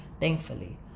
Thankfully